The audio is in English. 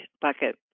bucket